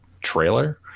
trailer